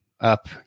up